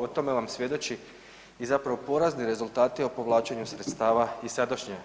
O tome vam svjedoči i zapravo porazni rezultati o povlačenju sredstava iz sadašnje